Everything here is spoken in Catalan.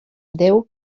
déu